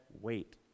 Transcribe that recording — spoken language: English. wait